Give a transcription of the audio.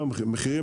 המחיר.